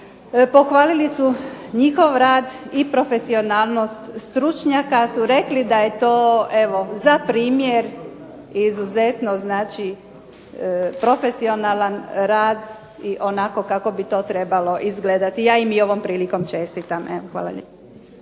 pohvalili su njihov rad i profesionalnost stručnjaka, su rekli da je to evo za primjer izuzetno znači profesionalan rad i onako kako bi to trebalo izgledati. Ja im i ovom prilikom čestitam. Evo hvala lijepa.